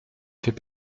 fais